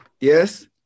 Yes